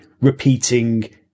repeating